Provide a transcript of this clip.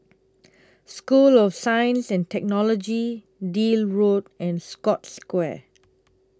School of Science and Technology Deal Road and Scotts Square